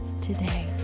today